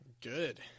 good